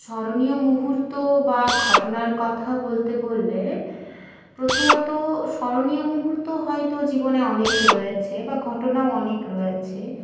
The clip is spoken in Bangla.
স্মরণীয় মুহূর্ত বা ঘটনার কথা বলতে বললে প্রথমত স্মরণীয় মুহূর্ত হয়তো জীবনে অনেক রয়েছে বা ঘটনাও অনেক রয়েছে